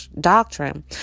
Doctrine